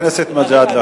חבר הכנסת מג'אדלה.